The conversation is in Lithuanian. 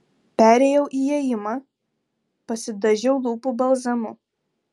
perėjau į ėjimą pasidažiau lūpų balzamu